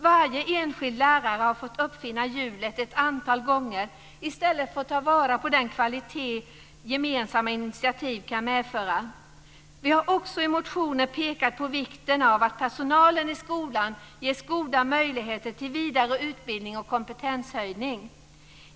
Varje enskild lärare har fått uppfinna hjulet ett antal gånger, i stället för att ta vara på den kvalitet som gemensamma initiativ kan medföra. Vi har också i motioner pekat på vikten av att personalen i skolan ges goda möjligheter till vidare utbildning och kompetenshöjning.